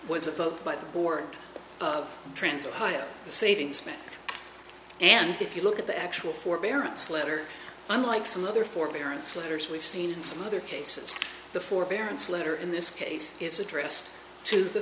was a vote by the board of transfer higher savings and if you look at the actual forbearance letter unlike some other forbearance letters we've seen in some other cases the forbearance letter in this case is addressed to the